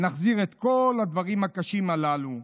נחזיר את כל הדברים הקשים הללו,